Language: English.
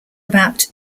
about